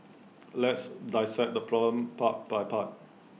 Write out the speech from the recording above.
let's dissect this problem part by part